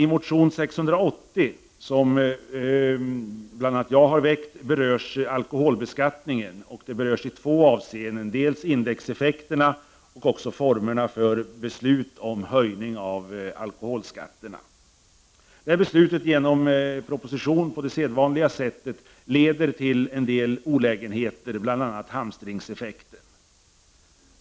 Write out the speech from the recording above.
I motion 680, som är väckt bl.a. av mig, berörs alkoholbeskattningen i två avseenden, dels indexeffekterna, dels formerna för beslut om höjning av alkoholskatterna. När det beslutas om höjning genom en proposition på det sedvanliga sättet leder detta till en del olägenheter, bl.a. hamstringseffekter.